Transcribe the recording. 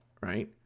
right